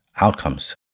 outcomes